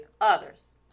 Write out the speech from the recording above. others